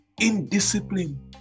indiscipline